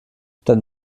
dann